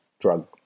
drug